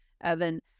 Evan